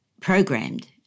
programmed